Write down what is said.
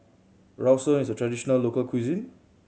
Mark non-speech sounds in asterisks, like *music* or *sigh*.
*unintelligible* is a traditional local cuisine